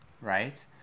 right